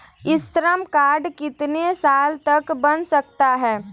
ई Shram card कितने साल तक बन सकता है?